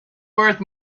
worth